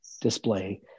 display